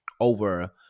over